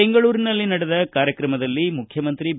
ಬೆಂಗಳೂರಿನಲ್ಲಿ ನಡೆದ ಕಾರ್ಯಕ್ರಮದಲ್ಲಿ ಮುಖ್ಕಮಂತ್ರಿ ಬಿ